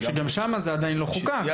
גם ש --- שגם שם זה עדיין לא חוקק,